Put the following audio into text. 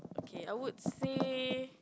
okay I would say